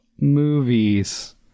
movies